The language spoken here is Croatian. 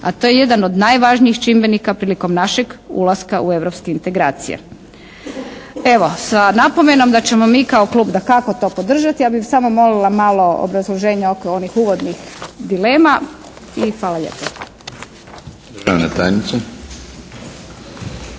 a to je jedan od najvažnijih čimbenika prilikom našeg ulaska u europske integracije. Evo, sa napomenom da ćemo mi kao Klub dakako to podržati ja bih samo molila malo obrazloženja oko onih uvodnih dilema i hvala lijepa. **Milinović, Darko